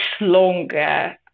longer